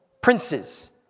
princes